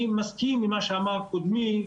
אני מסכים עם מה שאמר קודמי,